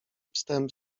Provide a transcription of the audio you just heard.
wstęp